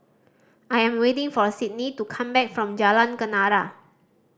I am waiting for Sydney to come back from Jalan Kenarah